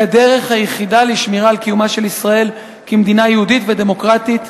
כדרך היחידה לשמירה על קיומה של ישראל כמדינה יהודית ודמוקרטית,